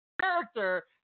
character